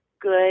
good